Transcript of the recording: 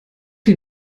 die